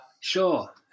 Sure